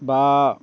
বা